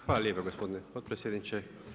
Hvala lijepa gospodine potpredsjedniče.